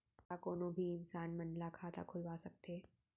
का कोनो भी इंसान मन ला खाता खुलवा सकथे?